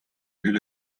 üle